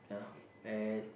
yeah at